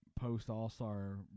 post-All-Star